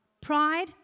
Pride